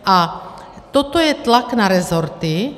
A toto je tlak na resorty.